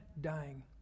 dying